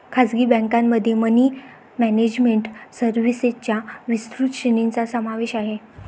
खासगी बँकेमध्ये money management सर्व्हिसेसच्या विस्तृत श्रेणीचा समावेश आहे